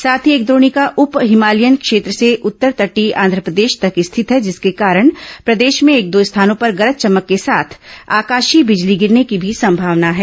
साथ ही एक द्रोणिका उप हिमालियन क्षेत्र से उत्तर तटीय आंध्रप्रदेश तक स्थित है जिसके कारण प्रदेश में एक दो स्थानों पर गरज चमक के साथ आकाशीय बिजली गिरने की भी संभावना है